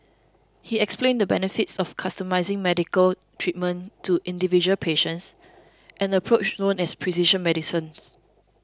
he explained the benefits of customising medical treatment to individual patients an approach known as precision medicine